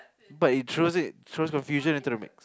but it throws it throws confusion into the